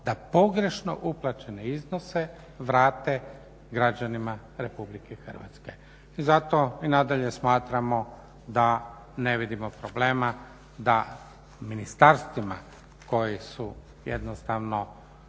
da pogrešno uplaćene iznose vrate građanima RH. I zato i nadalje smatramo da ne vidimo problema da ministarstvima koja su jednostavno